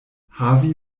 havi